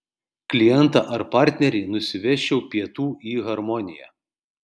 klientą ar partnerį nusivesčiau pietų į harmoniją